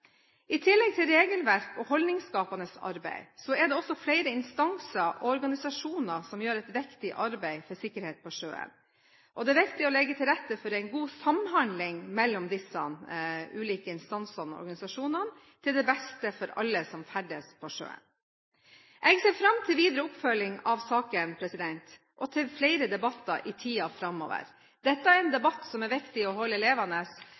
I tillegg til regelverk og holdningsskapende arbeid er det flere instanser og organisasjoner som gjør et viktig arbeid for sikkerhet på sjøen. Det er viktig å legge til rette for god samhandling mellom disse, til det beste for alle som ferdes på sjøen. Jeg ser fram til videre oppfølging av saken og til flere debatter i tiden framover. Dette er en debatt som det er viktig å holde